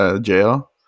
Jail